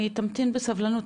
תמתין בסבלנות,